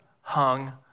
hung